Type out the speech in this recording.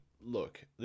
look